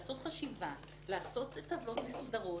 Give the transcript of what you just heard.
לעשות את הדברים מסודר.